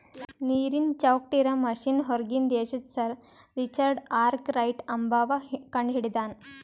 ನೀರನ್ ಚೌಕ್ಟ್ ಇರಾ ಮಷಿನ್ ಹೂರ್ಗಿನ್ ದೇಶದು ಸರ್ ರಿಚರ್ಡ್ ಆರ್ಕ್ ರೈಟ್ ಅಂಬವ್ವ ಕಂಡಹಿಡದಾನ್